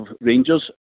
Rangers